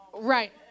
Right